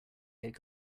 take